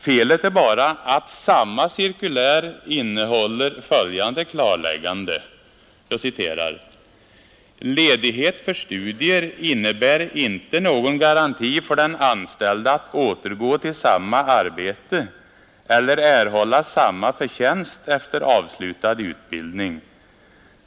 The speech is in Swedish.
Felet är bara att samma cirkulär innehåller följande ”klarläggande”: ”Ledighet för studier innebär inte någon garanti för den anställde att återgå till samma arbete eller erhålla samma förtjänst efter avslutad utbildning.